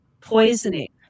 poisoning